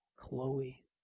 Chloe